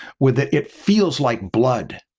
with it, it feels like blood.